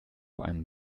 einem